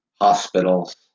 hospitals